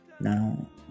Now